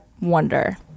wonder